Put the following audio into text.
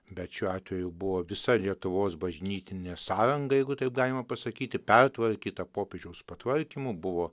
bet šiuo atveju buvo visa lietuvos bažnytinė sąjunga jeigu taip galima pasakyti pertvarkyta popiežiaus patvarkymu buvo